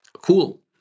Cool